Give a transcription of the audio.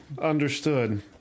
understood